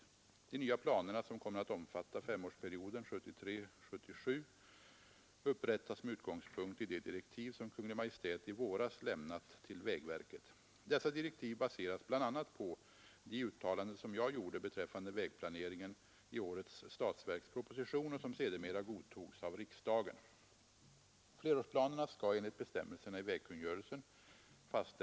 De nya planerna, som kommer att omfatta femårsperioden 1973-1977, upprättas med utgångspunkt i de direktiv som Kungl. Maj:t i våras lämnat till vägverket. Dessa direktiv baseras bl.a. på de uttalanden som jag gjorde beträffande vägplaneringen i årets statsverksproposition och som sedermera godtogs av riksdagen.